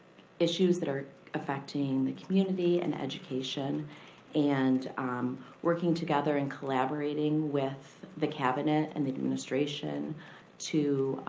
issues that are affecting the community and education and um working together and collaborating with the cabinet and the administration to